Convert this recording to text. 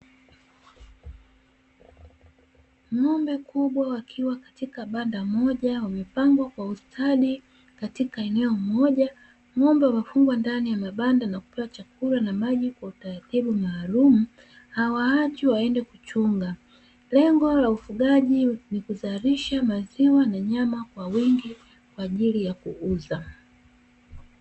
Ng'ombe kubwa wakiwa katika banda moja, wamepangwa kwa ustadi katika eneo moja. Ng'ombe wamefungwa ndani ya mabanda na kupewa chakula na maji kwa utaratibu maalumu, hawaachwi waende kuchunga. Lengo la ufugaji ni kuzalisha maziwa na nyama kwa wingi kwa ajili ya kuuza.